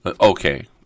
okay